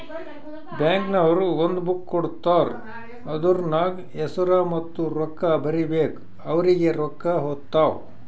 bank ನವ್ರು ಒಂದ್ book ಕೊಡ್ತಾರ್ ಅದೂರ್ನಗ್ ಹೆಸುರ ಮತ್ತ ರೊಕ್ಕಾ ಬರೀಬೇಕು ಅವ್ರಿಗೆ ರೊಕ್ಕಾ ಹೊತ್ತಾವ್